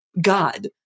God